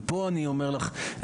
ופה אני אומר לך,